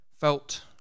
felt